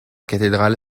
cathédrale